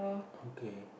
okay